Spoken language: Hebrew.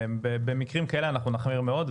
במקרים כאלה אנחנו נחמיר מאוד,